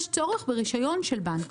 יש צורך ברישיון של בנק.